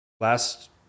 last